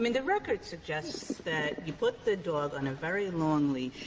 i mean the record suggests that he put the dog on a very long leash,